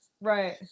Right